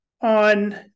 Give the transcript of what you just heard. on